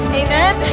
amen